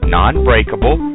non-breakable